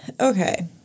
Okay